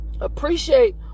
Appreciate